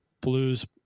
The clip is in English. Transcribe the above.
Blues